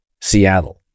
Seattle